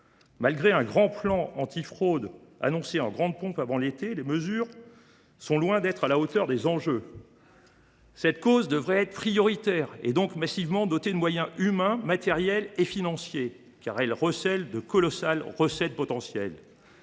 Malgré un vaste plan antifraude annoncé en grande pompe avant l’été, les mesures sont loin d’être à la hauteur des enjeux. Cette cause devrait être prioritaire et donc massivement dotée de moyens humains, matériels et financiers, car elle recèle de colossales recettes potentielles.